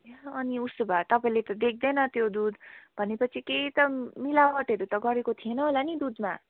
ला अनि उसो भए तपाईँले त देख्दैन त्यो दुध भनेपछि केही त मिलावटहरू त गरेको थिएन होला नि दुधमा